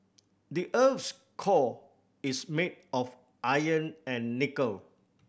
the earth's core is made of iron and nickel